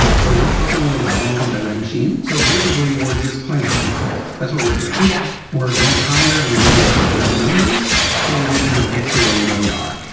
so we're flipping little dials inside that machine. so basically, we're just playing hot and cold. that's what we're doing. yeah we're going higher and lower with the numbers till we kind of get to where we know you are,